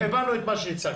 הבנו את מה שהצגת.